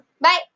bye